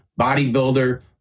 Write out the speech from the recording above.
bodybuilder